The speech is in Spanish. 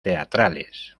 teatrales